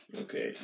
okay